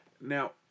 Now